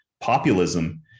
populism